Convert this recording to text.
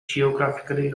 geographically